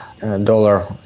dollar